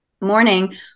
morning